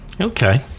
Okay